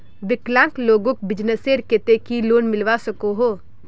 विकलांग लोगोक बिजनेसर केते की लोन मिलवा सकोहो?